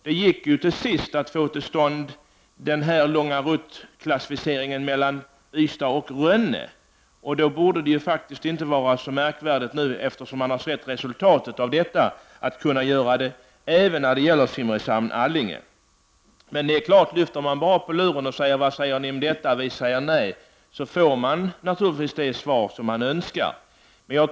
Det gick ju till sist att få till stånd den lång rutt-klassificeringen av linjen mellan Ystad och Rönne. Då borde det faktiskt inte vara så märkvärdigt nu, när man har sett resultatet, att göra så även när det gäller Simrishamn och Allinge. Men om man bara lyfter på telefonluren och frågar vad danskarna säger om detta, får man naturligtvis det svar man önskar.